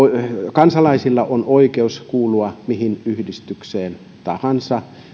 kansalaisilla on oikeus kuulua mihin yhdistykseen tahansa